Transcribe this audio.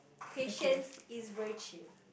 patience is virtue